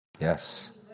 Yes